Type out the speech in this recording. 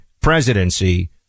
presidency